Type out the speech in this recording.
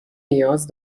نیاز